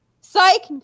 Psych